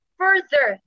further